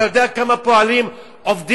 אתה יודע כמה פועלים עובדים,